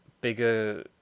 bigger